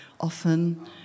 Often